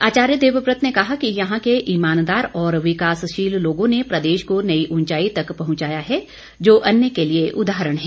आचार्य देवव्रत ने कहा कि यहां के ईमानदार और विकासशील लोगों ने प्रदेश को नई ऊंचाई तक पहुंचाया है जो अन्य के लिए उदाहरण है